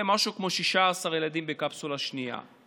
ומשהו כמו 16 ילדים בקפסולה שנייה.